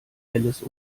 alice